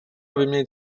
vyměnit